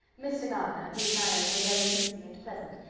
mr. gardiner, whose manners were very easy and pleasant,